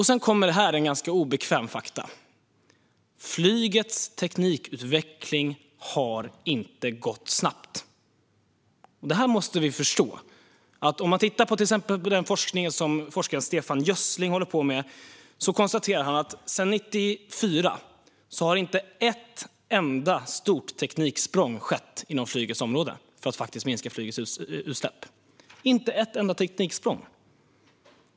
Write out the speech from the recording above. Sedan kommer ett ganska obekvämt faktum: Flygets teknikutveckling har inte gått snabbt. Det här måste vi förstå. Man kan till exempel titta på den forskning som forskaren Stefan Gössling håller på med. Han konstaterar att det sedan 1994 inte har skett ett enda stort tekniksprång inom flygets område för att minska flygets utsläpp - inte ett enda tekniksprång.